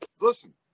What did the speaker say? listen